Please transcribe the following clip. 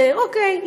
אוקיי,